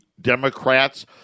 Democrats